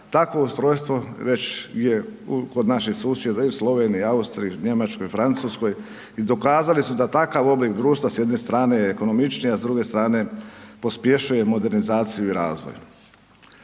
takvo ustrojstvo već je kod naših susjeda i u Sloveniji, Austriji, Njemačkoj, Francuskoj i dokazali su da takav oblik društva s jedne strane je ekonomičniji, a s druge strane pospješuje modernizaciju i razvoj.